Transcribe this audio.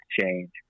change